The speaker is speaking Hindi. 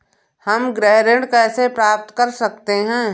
हम गृह ऋण कैसे प्राप्त कर सकते हैं?